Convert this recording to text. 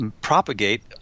propagate